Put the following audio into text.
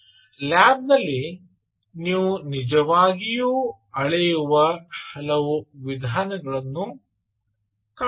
lab ನಲ್ಲಿ ನೀವು ನಿಜವಾಗಿಯೂ ಅಳೆಯುವ ಹಲವು ವಿಧಾನಗಗಳನ್ನು ಕಾಣಬಹುದು